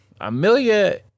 Amelia